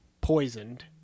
poisoned